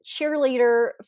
cheerleader